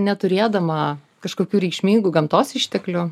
neturėdama kažkokių reikšmingų gamtos išteklių